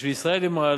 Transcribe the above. ואת של ישראל היא מעלה,